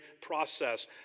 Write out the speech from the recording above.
process